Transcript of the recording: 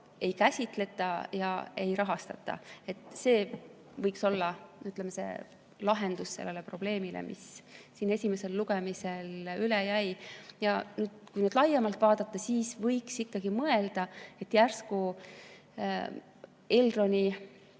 ei käsitleta, seda ei rahastata. See võiks olla lahendus sellele probleemile, mis siin esimesel lugemisel üles jäi. Kui laiemalt vaadata, siis võiks mõelda, et järsku Elroni